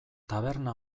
taberna